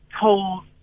told